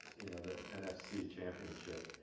you know the n f c championship